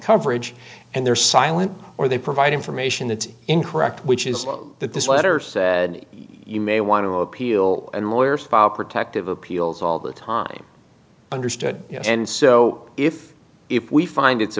coverage and their silence or they provide information that's incorrect which is that this letter said you may want to appeal and lawyers protective appeals all the time understood and so if if we find it's a